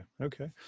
Okay